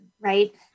Right